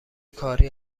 کاری